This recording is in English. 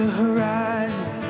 horizon